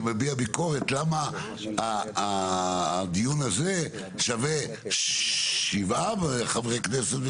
אני מביע ביקורת למה הדיון הזה שווה שבעה חברי כנסת.